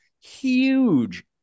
huge